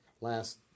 last